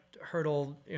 hurdle